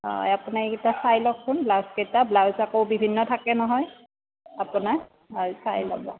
অ আপুনি এইকেইটা চাই লওকচোন ব্লাউজকেইটা ব্লাউজ আকৌ বিভিন্ন থাকে নহয় আপোনাৰ চাই ল'ব